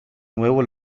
nuevo